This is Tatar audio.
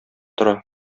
тора